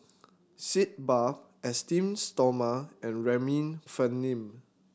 Sitz Bath Esteem Stoma and Remifemin